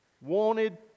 wanted